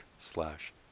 slash